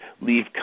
Leave